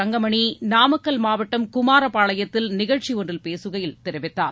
தங்கமணி நாமக்கல் மாவட்டம் குமாரபாளையத்தில் நிகழ்ச்சி ஒன்றில் பேசுகையில் தெரிவித்தார்